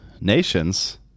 nations